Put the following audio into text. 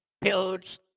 builds